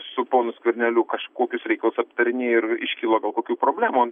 su ponu skverneliu kažkokius reikalus aptarinėjo ir iškilo kokių problemų